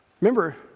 Remember